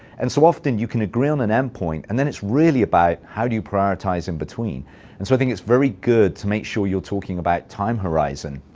and so often you can agree on an endpoint, and then it's really about how you prioritize in between. i and so think it's very good to make sure you're talking about time horizon,